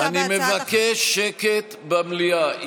אני מבקש שקט במליאה.